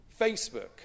Facebook